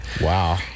wow